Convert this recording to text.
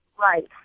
right